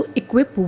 equip